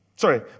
Sorry